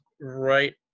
right